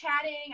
chatting